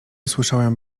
słyszałem